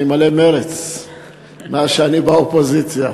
אני מלא מרץ מאז שאני באופוזיציה.